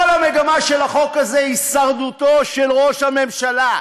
כל המגמה של החוק הזה, הישרדותו של ראש הממשלה,